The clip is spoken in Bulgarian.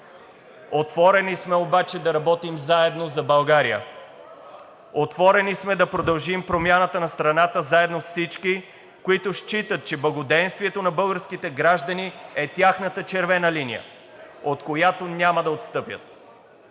Отворени сме обаче да работим заедно за България. Отворени сме да продължим промяната на страната заедно с всички, които считат, че благоденствието на българските граждани е тяхната червена линия, от която няма да отстъпят.